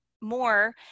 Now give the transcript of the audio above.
More